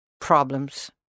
problems